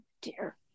Dear